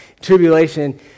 Tribulation